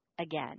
again